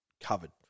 covered